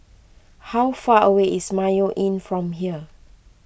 how far away is Mayo Inn from here